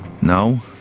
No